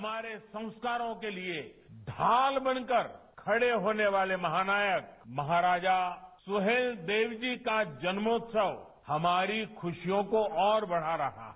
हमारे संस्कारों के लिए ढाल बनकर खड़े होने वाले महानायक महाराजा सुहेलदेव जी का जन्मोत्सव हमारी खुशियों को और बढ़ा रहा है